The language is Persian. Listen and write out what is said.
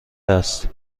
است